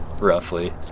Roughly